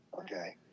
okay